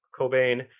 Cobain